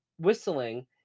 whistling